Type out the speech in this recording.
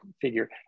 figure